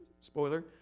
spoiler